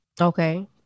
Okay